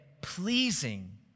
pleasing